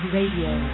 Radio